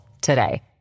today